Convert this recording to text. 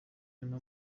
arimo